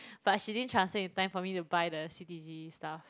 but she didn't transfer in time for me to buy the c_d_g stuff